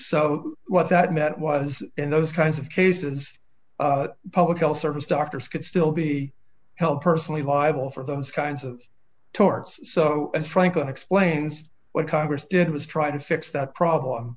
so what that meant was in those kinds of cases public health service doctors could still be held personally liable for those kinds of torts so as franken explains what congress did was try to fix that problem